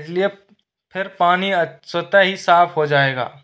इसलिए फिर पानी स्वह्तः ही साफ़ हो जाएगा